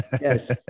Yes